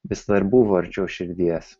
vis dar buvo arčiau širdies